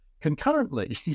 concurrently